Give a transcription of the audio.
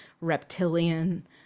reptilian